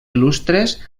il·lustres